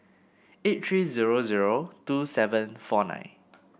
eight three zero zero two seven four nine